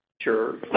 Sure